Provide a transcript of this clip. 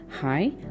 Hi